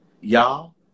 Y'all